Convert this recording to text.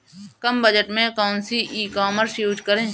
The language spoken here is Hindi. कम बजट में कौन सी ई कॉमर्स यूज़ करें?